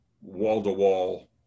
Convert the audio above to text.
wall-to-wall